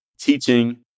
teaching